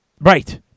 Right